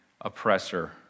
oppressor